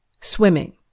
Swimming